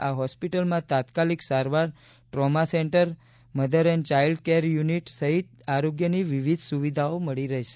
આ હોસ્પિટલમાં તાત્કાલિક સારવાર trauma centre mother and child care unit સહિત આરોગ્યની વિવિધ સુવિધાઓ મળી રહેશે